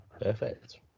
Perfect